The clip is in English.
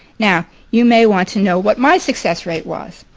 now you may want to know what my success rate was.